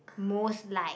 most like